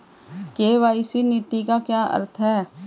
KYC नीति का क्या अर्थ है?